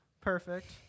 Perfect